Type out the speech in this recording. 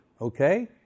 okay